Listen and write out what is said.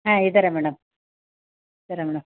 ಹಾಂ ಇದ್ದಾರೆ ಮೇಡಮ್ ಇದ್ದಾರೆ ಮೇಡಮ್